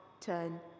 turn